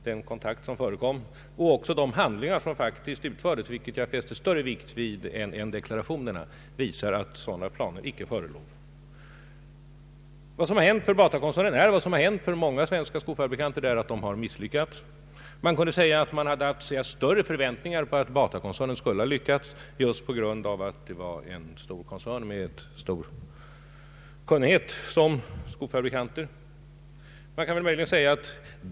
Den kontakt som förekom och de handlingar som faktiskt har utförts — och som jag fäster större vikt vid än vid deklarationer — visar att sådana planer icke förelåg. Vad som har hänt är att Batakoncernen liksom många svenska skoföretag har misslyckats. Man kunde kanske ha större förväntningar att Batakoncernen skulle ha lyckats, eftersom den är en stor koncern med omfattande erfarenhet av skotillverkning.